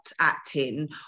acting